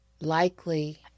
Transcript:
likely